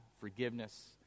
forgiveness